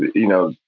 you know,